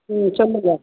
ம் சொல்லுங்கள்